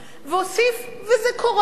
והוסיף: וזה קורה.